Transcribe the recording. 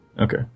Okay